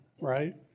right